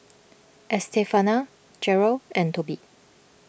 Estefania Jerel and Tobe